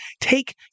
take